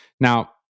Now